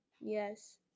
Yes